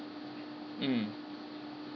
mm